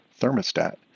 thermostat